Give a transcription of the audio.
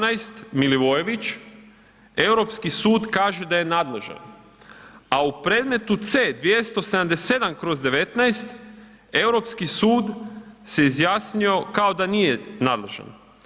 17 Milivojević, Europski sud kaže da je nadležan, a u predmetu C-277/19 Europski sud se izjasnio kao da nije nadležan.